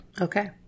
Okay